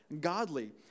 godly